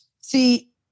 See